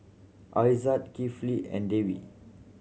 Aizat Kifli and Dwi